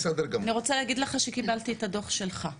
אני רוצה להגיד לך שקיבלתי את הדו"ח שלך ששלחת.